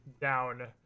down